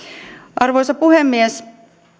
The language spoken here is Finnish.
arvoisa puhemies